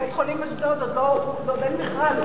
בית-חולים באשדוד, עוד אין מכרז.